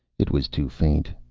it was too faint.